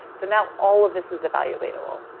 so now, all of this is evaluatable.